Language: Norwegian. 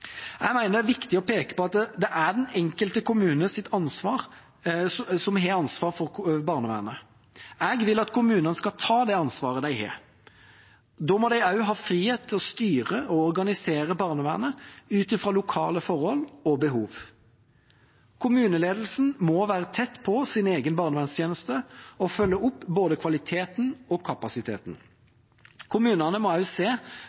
Jeg mener det er viktig å peke på at det er den enkelte kommune som har ansvar for barnevernet. Jeg vil at kommunene skal ta det ansvaret de har. Da må de også ha frihet til å styre og organisere barnevernet ut fra lokale forhold og behov. Kommuneledelsen må være tett på sin egen barnevernstjeneste og følge opp både kvaliteten og kapasiteten. Kommunene må også se